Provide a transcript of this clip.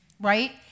Right